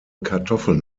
kartoffeln